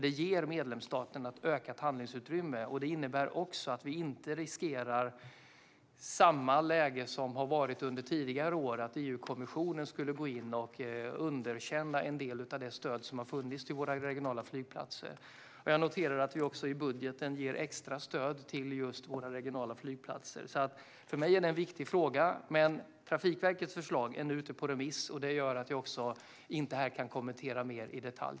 Det ger medlemsstaterna ett ökat handlingsutrymme, och det innebär också att vi inte riskerar samma läge som under tidigare år, det vill säga att EU-kommissionen skulle gå in och underkänna en del av det stöd som har funnits till våra regionala flygplatser. Jag noterar att vi i budgeten också ger extra stöd till just våra regionala flygplatser, en viktig fråga för mig. Trafikverkets förslag är nu ute på remiss, och det gör att jag inte här kan kommentera mer i detalj.